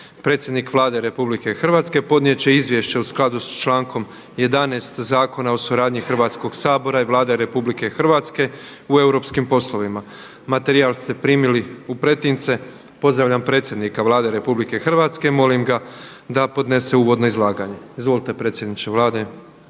Predsjednik Vlade Republike Hrvatske podnijet će izvješće u skladu s člankom 11. Zakona o suradnji Hrvatskog sabora i Vlade Republike Hrvatske u europskim poslovima. Materijal ste primili u pretince. Pozdravljam predsjednika Vlade Republike Hrvatske, molim ga da podnese uvodno izlaganje. Izvolite predsjedniče Vlade.